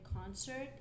concert